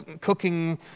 cooking